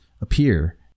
appear